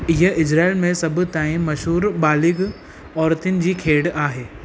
इहा इज़राइल में सभ ताईं मशहूरु बालिग औरतुनि जी खेॾु आहे